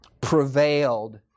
prevailed